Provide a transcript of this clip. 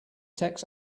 text